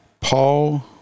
Paul